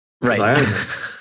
Right